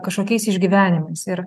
kažkokiais išgyvenimais ir